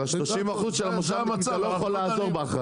אבל 30% של המושבניקים אתה לא יכול לעזור בהחרגה.